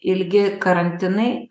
ilgi karantinai